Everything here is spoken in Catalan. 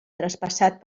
traspassat